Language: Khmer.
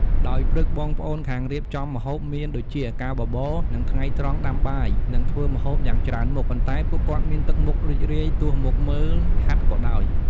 ដោយព្រឹកបងប្អូនខាងរៀបចំម្ហូបមានដូចជាការបបរ និងថ្ងៃត្រង់ដាំបាយនិងធ្វើម្ហូបយ៉ាងច្រើនមុខ ប៉ុន្តែពួកគាត់មានទឹកមុខរីករាយទោះមកមើលហាត់ក៏ដោយ។